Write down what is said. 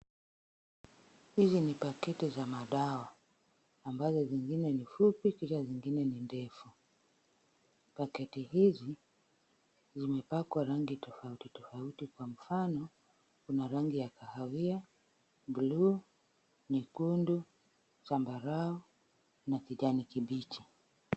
Hizi ni paketi za madawa ambazo zingine ni fupi kisha zingine ni ndefu. Paketi hizi zimepakwa rangi tofautitofauti kwa mfano kuna rangi ya kahawia, blue , nyekundu, zambarau na kijani kibichi.